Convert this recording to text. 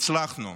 הצלחנו: